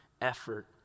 effort